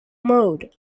mode